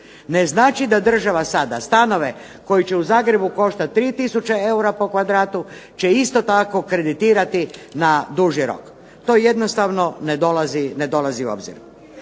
Ne znači da država sada stanove koji će u zagrebu koštati 3 tisuće eura po kvadratu, će isto tako kreditirati na duži rok. To jednostavno ne dolazi u obzir.